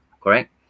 correct